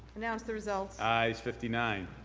announce the result. ayes fifty nine.